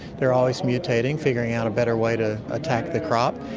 they're always mutating, figuring out a better way to attack the crop,